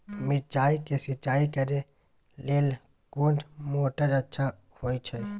मिर्चाय के सिंचाई करे लेल कोन मोटर अच्छा होय छै?